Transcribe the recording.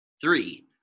Three